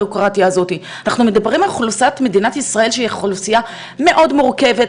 אנחנו מדברים על אוכלוסיית מדינת ישראל שהיא אוכלוסייה מאוד מורכבת,